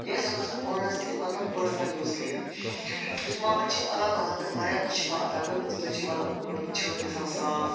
یہِ أسۍ ہٮ۪کو سُہ پانَس تہِ مَطلَب پٔرسٕنل یوٗز کٔرِتھ یُس ماچھ چھِ اللہ تعالیٰ ہَن چھِ تَتھ واریاہ شفا عطا کٔرمٕژ تَمہِ سۭتۍ چھِ مَطلَب مَطلَب چھٲتۍ گَژھان صاف